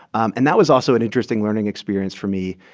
and that was also an interesting learning experience for me.